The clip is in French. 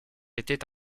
était